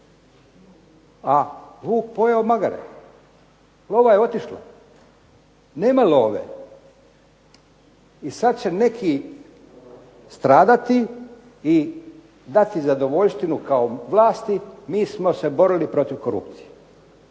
a vuk pojeo magare. Lova je otišla, nema love. I sad će neki stradati i dati zadovoljštinu kao vlasti mi smo se borili protiv korupcije.